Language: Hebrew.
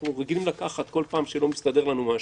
אנחנו רגילים לקחת בכל פעם שלא מסתדר לנו משהו.